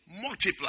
multiply